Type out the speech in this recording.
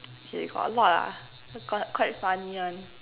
okay got a lot ah got quite funny one